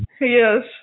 Yes